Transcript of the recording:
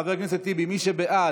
חבר הכנסת טיבי, מי שבעד,